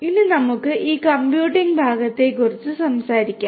ഇനി നമുക്ക് ഈ കമ്പ്യൂട്ടിംഗ് ഭാഗത്തെക്കുറിച്ച് സംസാരിക്കാം